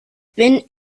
bin